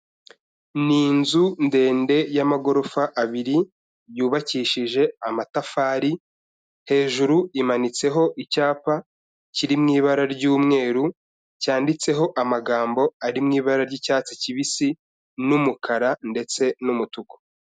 Ni inzu ndende y'amagorofa abiri, yubakishije amatafari, hejuru imanitseho icyapa kiri mu ibara ry'umweru cyanditseho amagambo ari mu ibara ry'icyatsi kibisi n'umukara ndetse n'umutuku.